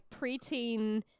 preteen